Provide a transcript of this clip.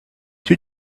two